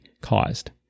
caused